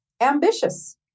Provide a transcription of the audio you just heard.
ambitious